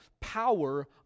power